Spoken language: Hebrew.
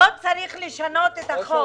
צריך לשנות את החוק.